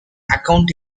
account